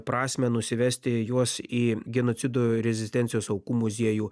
prasmę nusivesti juos į genocido rezistencijos aukų muziejų